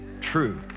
True